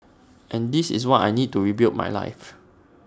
and this is what I need to rebuild my life